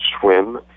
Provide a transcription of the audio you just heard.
swim